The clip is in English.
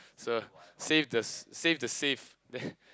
so save the s~ save the safe there